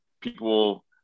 people